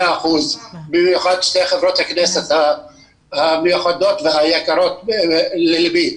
במיוחד עם שתי חברות הכנסת המיוחדות והיקרות ללבי.